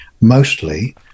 mostly